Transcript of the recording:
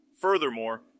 Furthermore